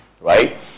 right